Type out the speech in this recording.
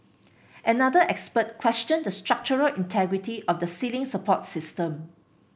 another expert questioned the structural integrity of the ceiling support system